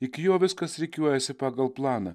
iki jo viskas rikiuojasi pagal planą